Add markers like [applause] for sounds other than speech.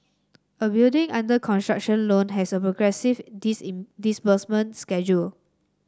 a building under construction loan has a progressive [unintelligible] disbursement schedule